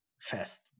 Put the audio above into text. fest